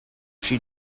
she